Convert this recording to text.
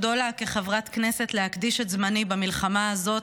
כחברת כנסת יש לי זכות גדולה להקדיש את זמני במלחמה הזאת,